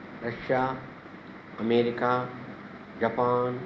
Russia America Japan